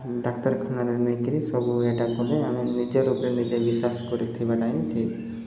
ଡାକ୍ତରଖାନାରେ ନେଇ କରି ସବୁ ଏଇଟା କଲେ ଆମେ ନିଜ ଉପରେ ନିଜେ ବିଶ୍ୱାସ କରିଥିବା ହିଁ ଠିକ୍